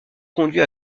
conduit